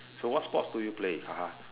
so what sports do you play haha